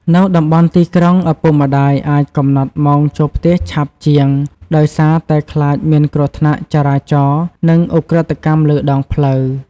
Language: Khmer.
នៅតំបន់ទីក្រុង ឪពុកម្តាយអាចកំណត់ម៉ោងចូលផ្ទះឆាប់ជាង ដោយសារតែខ្លាចមានគ្រោះថ្នាក់ចរាចរណ៍ និងឧក្រិដ្ឋកម្មលើដងផ្លូវ។